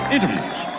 Interviews